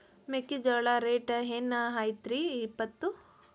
ಮೆಕ್ಕಿಜೋಳ ರೇಟ್ ಏನ್ ಐತ್ರೇ ಇಪ್ಪತ್ತು?